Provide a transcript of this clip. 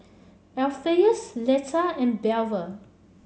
Alpheus Leitha and Belva